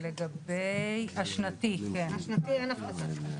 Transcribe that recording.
אין הפחתה.